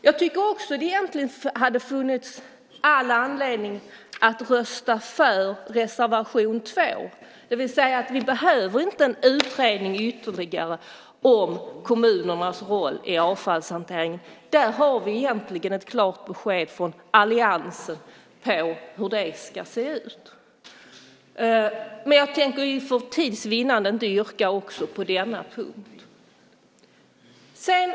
Jag tycker också att det egentligen hade funnits all anledning att rösta för reservation 2, det vill säga vi behöver inte en utredning ytterligare om kommunernas roll i avfallshanteringen. Där har vi egentligen ett klart besked från alliansen om hur det ska se ut. Men jag tänker för tids vinnande inte yrka också på denna punkt.